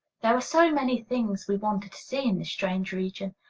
there were so many things we wanted to see in this strange region!